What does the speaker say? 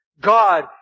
God